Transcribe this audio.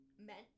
meant